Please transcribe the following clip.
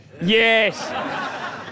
Yes